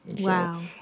wow